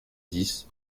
dix